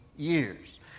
years